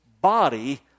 body